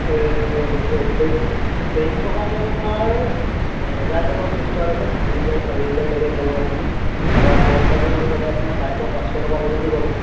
chain থকাটো আপোনাৰ হেজাৰ টকাৰ পৰা ষ্টাৰ্ট আছে তিনি হেজাৰ চাৰি হেজাৰ লাগে পাব আপুনি বা কম বাজেটত হ'লে আপোনাৰ চাৰিশ পাঁচশ টকাৰ ভিতৰতো পাব